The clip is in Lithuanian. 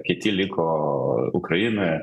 kiti liko ukrainoje